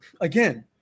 again